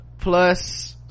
plus